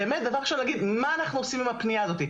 באמת דבר שחשוב להגיד מה אנחנו עושים עם הפניה הזאת?